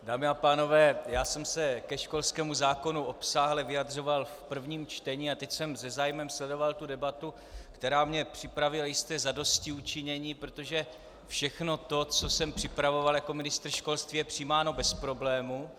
Dámy a pánové, já jsem se ke školskému zákonu obsáhle vyjadřoval v prvním čtení a teď jsem se zájmem sledoval tu debatu, která mi připravila jisté zadostiučinění, protože všechno to, co jsem připravoval jako ministr školství, je přijímáno bez problému.